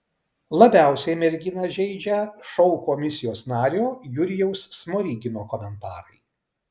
labiausiai merginą žeidžia šou komisijos nario jurijaus smorigino komentarai